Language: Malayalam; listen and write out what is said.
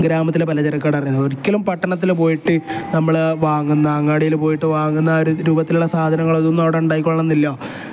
ഗ്രാമത്തിലെ പലചരക്ക് കട പറയുന്നത് ഒരിക്കലും പട്ടണത്തിൽ പോയിട്ട് നമ്മൾ വാങ്ങുന്ന അങ്ങാടിയിൽ പോയിട്ട് വാങ്ങുന്ന ആ ഒരു രൂപത്തിലുള്ള സാധനങ്ങൾ അതൊന്നും അവിടെ ഉണ്ടായിക്കൊള്ളണമെന്നില്ല